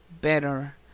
better